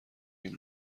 این